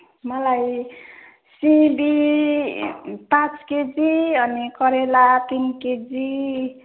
मलाई सिमी पाँच केजी अनि करेला तिन केजी